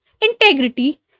integrity